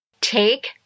Take